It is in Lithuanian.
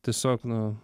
tiesiog na